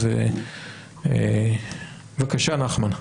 בבקשה, נחמן.